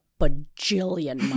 bajillion